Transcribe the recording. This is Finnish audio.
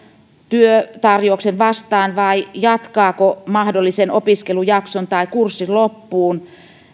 työtarjouksen vastaan vai jatkaako mahdollisen opiskelujakson tai kurssin loppuun